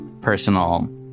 personal